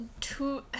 two